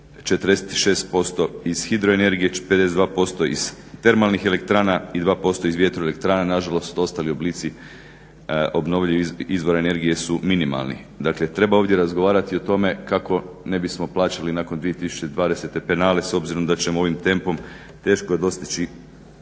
46% iz hidroenergije, 52% iz termalnih elektrana i 2% iz vjetroelektrana. Nažalost, ostali oblici obnovljivih izvora energije su minimalni. Dakle treba ovdje razgovarati o tome kako ne bismo plaćali nakon 2020. penale s obzirom da ćemo ovim tempom teško dostići